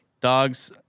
Dogs